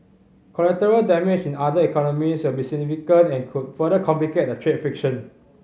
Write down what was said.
collateral damage in other economies will be significant and could further complicate the trade friction